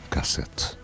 Cassette